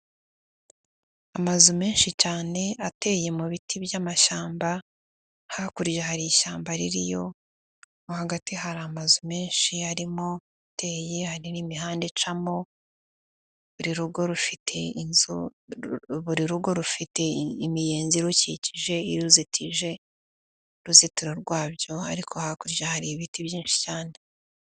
Amazu menshi cyane ateye mu biti by'amashyamba, hakurya hari ishyamba ririyo, hagati hari amazu menshi arimo ateye hari n'imihanda icamo, buri rugo rufite inzu, buri rugo rufite imiyenzi irukikije iruzitije uruzitiro rwabyo ariko hakurya hari ibiti byinshi cyane.